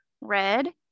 red